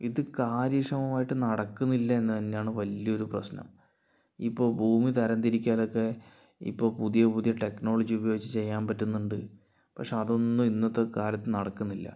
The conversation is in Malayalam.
ഇത് കാര്യക്ഷമമായിട്ട് നടക്കുന്നില്ല എന്നു തന്നെയാണ് വലിയ ഒരു പ്രശ്നം ഇപ്പോൾ ഭൂമി തരം തിരിക്കാനൊക്കെ ഇപ്പോൾ പുതിയ പുതിയ ടെക്നോളജി ഉപയോഗിച്ച് ചെയ്യാൻ പറ്റുന്നുണ്ട് പക്ഷേ അതൊന്നും ഇന്നത്തെ കാലത്ത് നടക്കുന്നില്ല